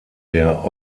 der